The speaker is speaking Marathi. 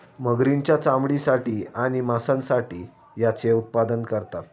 मगरींच्या चामड्यासाठी आणि मांसासाठी याचे उत्पादन करतात